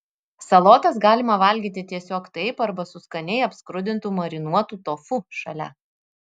salotas galima valgyti tiesiog taip arba su skaniai apskrudintu marinuotu tofu šalia